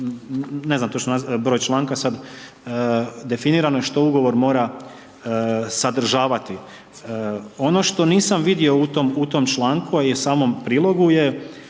ne znam točno broj članka sad, definirano je što ugovor mora sadržavati. Ono što nisam vidio u tom članku a i samom prilogu je